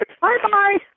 Bye-bye